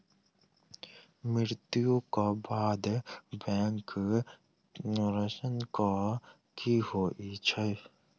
मृत्यु कऽ बाद बैंक ऋण कऽ की होइ है?